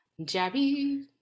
Jabby